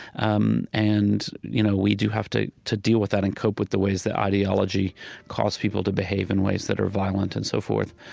um and you know we do have to to deal with that and cope with the ways that ideology cause people to behave in ways that are violent and so forth.